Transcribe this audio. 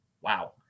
Wow